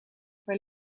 waar